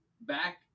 back